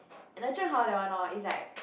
and is like